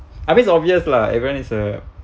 I mean obvious lah everyone is a